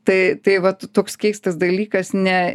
tai tai vat toks keistas dalykas ne